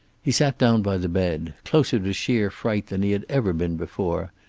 he sat down by the bed, closer to sheer fright than he had ever been before,